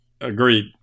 Agreed